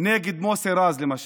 נגד מוסי רז, למשל,